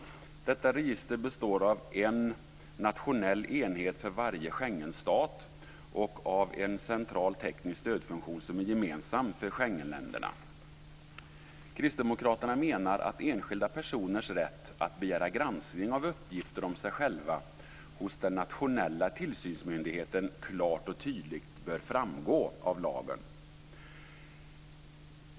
Detta register består av en nationell enhet för varje Schengenstat och av en central teknisk stödfunktion som är gemensam för Schengenländerna. Kristdemokraterna menar att enskilda personers rätt att begära granskning av uppgifter om sig själva hos den nationella tillsynsmyndigheten klart och tydligt bör framgå av lagen.